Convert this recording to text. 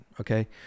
okay